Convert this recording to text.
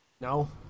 No